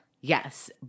Yes